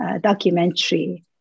documentary